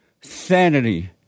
sanity